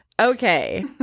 Okay